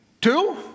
two